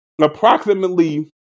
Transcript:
approximately